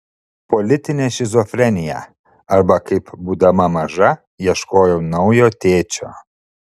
politinė šizofrenija arba kaip būdama maža ieškojau naujo tėčio